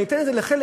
אני אתן זה לחלק,